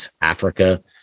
Africa